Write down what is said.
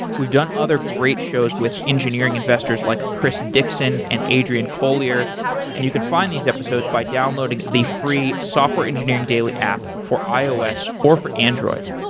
we've done other great shows with engineering investors like chris dixon and adrian adrian colyer and you could find these episodes by downloading the free software engineering daily app for ios or for android.